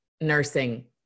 nursing